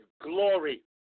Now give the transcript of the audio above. glory